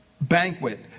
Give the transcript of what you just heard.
banquet